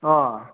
अ